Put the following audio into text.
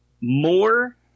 more